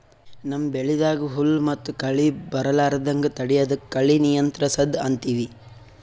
ನಮ್ಮ್ ಬೆಳಿದಾಗ್ ಹುಲ್ಲ್ ಮತ್ತ್ ಕಳಿ ಬರಲಾರದಂಗ್ ತಡಯದಕ್ಕ್ ಕಳಿ ನಿಯಂತ್ರಸದ್ ಅಂತೀವಿ